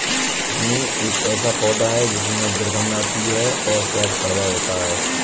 हींग एक ऐसा पौधा है जिसमें दुर्गंध आती है और स्वाद कड़वा होता है